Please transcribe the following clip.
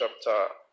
chapter